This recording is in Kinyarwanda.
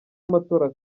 y’amatora